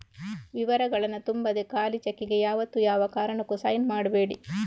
ವಿವರಗಳನ್ನ ತುಂಬದೆ ಖಾಲಿ ಚೆಕ್ಕಿಗೆ ಯಾವತ್ತೂ ಯಾವ ಕಾರಣಕ್ಕೂ ಸೈನ್ ಮಾಡ್ಬೇಡಿ